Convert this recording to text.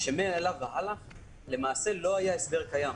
שממנו והלאה למעשה לא היה הסדר הקיים.